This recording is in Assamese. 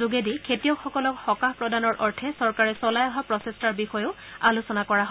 যোগেদি খেতিয়কসকলক সকাহ প্ৰদানৰ অৰ্থে চৰকাৰে চলাই অহা প্ৰচেষ্টাৰ বিষয়েও আলোচনা কৰা হয়